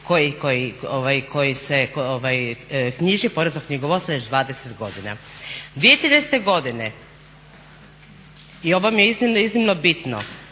koji se knjiži, porezno knjigovodstvo već 20 godina. 2013. godine i ovo mi je iznimno,